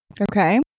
Okay